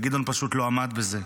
וגדעון פשוט לא עמד בזה.